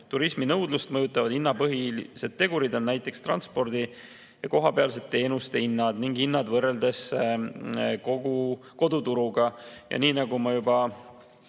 Turisminõudlust mõjutavad põhilised tegurid on näiteks transpordi ja kohapealsete teenuste hinnad ning hinnad võrreldes koduturuga. Nii nagu ma juba